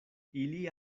ili